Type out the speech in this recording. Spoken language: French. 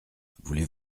voulez